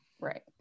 Right